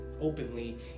openly